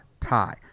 tie